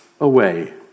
away